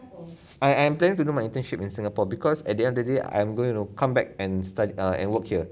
I am planning to do my internship in singapore because at the end of the day I'm going to come back and stu~ and work here